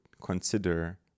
consider